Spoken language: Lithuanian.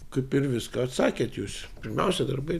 kaip ir viską atsakėt jūs pirmiausia darbai